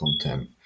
content